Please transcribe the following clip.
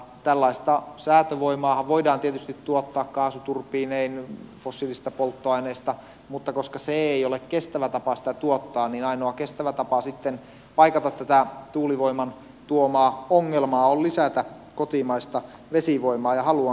tällaista säätövoimaahan voidaan tietysti tuottaa kaasuturbiinein fossiilisista polttoaineista mutta koska se ei ole kestävä tapa sitä tuottaa niin ainoa kestävä tapa sitten paikata tätä tuulivoiman tuomaa ongelmaa on lisätä kotimaista vesivoimaa